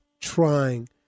trying